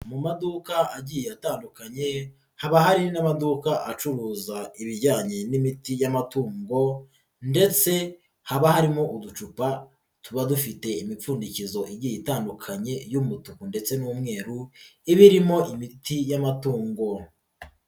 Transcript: Mu maduka agiye atandukanye haba hari n'amaduka acuruza ibijyanye n'imiti y'amatungo ndetse haba harimo uducupa tuba dufite imipfundikizo igiye itandukanye y'umutuku ndetse n'umweru iba irimo imiti y'amatungo.